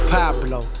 Pablo